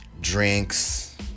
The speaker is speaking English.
drinks